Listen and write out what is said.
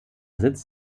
sitz